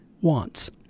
wants